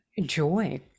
joy